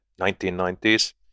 1990s